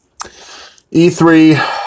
E3